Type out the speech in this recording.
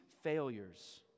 failures